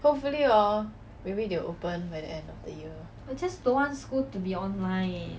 hopefully orh maybe they will open by the end of the year